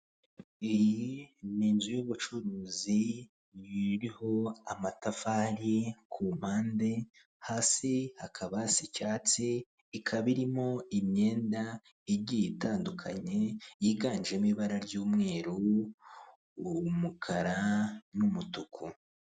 Iyi ni inzu y'ubucuruzi iriho amatafari ku mpande hasi hakaba hasa icyatsi ikaba irimo imyenda igiye itandukanye yiganjemo ibara ry'umweru, umukara n'umutuku.